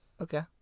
Okay